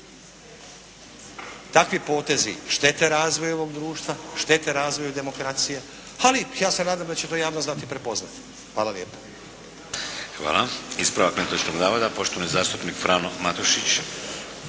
Takvi potezi štete razvoju ovog društva, štete razvoju demokracije ali ja se nadam da će to javnost znati prepoznati. Hvala lijepa. **Šeks, Vladimir (HDZ)** Hvala. Ispravak netočnog navoda poštovani zastupnik Frano Matušić.